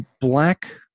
black